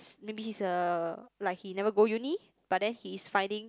maybe he's uh like he never go uni but then he is finding